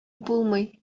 булмый